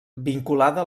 vinculada